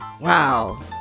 Wow